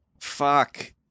fuck